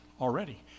already